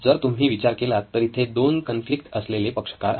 जर तुम्ही विचार केलात तर इथे दोन कॉन्फ्लिक्ट असलेले पक्षकार आहेत